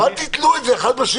אבל, אל תתלו את זה אחד בשני.